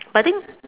but I think